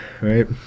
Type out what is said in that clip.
Right